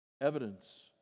evidence